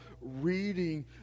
reading